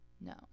No